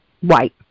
White